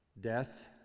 death